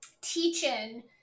teaching